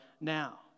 now